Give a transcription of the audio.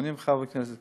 80 חברי כנסת.